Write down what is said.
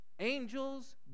Angels